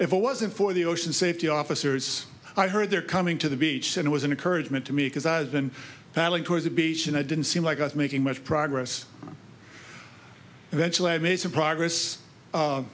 if it wasn't for the ocean safety officers i heard there coming to the beach and it was an encouragement to me because i'd been battling towards the beach and i didn't seem like i was making much progress eventually i made some progress